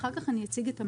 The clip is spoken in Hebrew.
ואחר כך אני אציג את המלאי.